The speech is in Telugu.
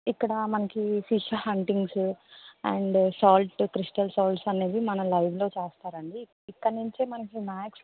ఇక్కడ మనకి fish huntings and salt crystal salt అనేవి మనము లైవ్లో చేస్తారండి ఇక్కడి నుంచే మనకి మ్యాక్స్